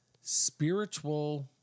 spiritual